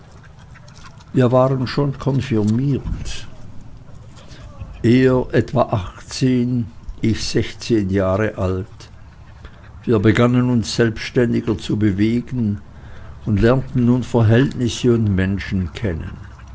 wir waren schon konfirmiert er etwa achtzehn ich sechszehn jahre alt wir begannen uns selbständiger zu bewegen und lernten nun verhältnisse und menschen kennen